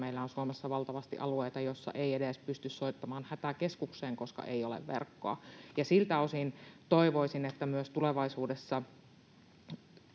meillä on Suomessa valtavasti alueita, joilla ei pysty soittamaan edes hätäkeskukseen, koska ei ole verkkoa. Siltä osin toivoisin, että myös tulevaisuudessa